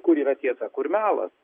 kur yra tiesa kur melas